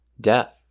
death